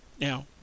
Now